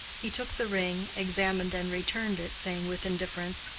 he took the ring, examined and returned it, saying with indifference,